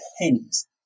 pennies